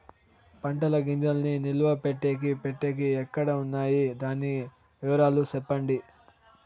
పంటల గింజల్ని నిలువ పెట్టేకి పెట్టేకి ఎక్కడ వున్నాయి? దాని వివరాలు సెప్పండి?